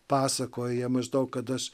pasakoja maždaug kad aš